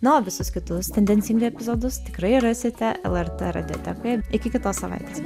na o visus kitus tendencingai epizodus tikrai rasite lrt radiotekoje iki kitos savaitės